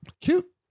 cute